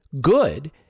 good